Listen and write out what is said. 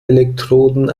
elektroden